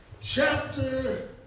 chapter